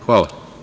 Hvala.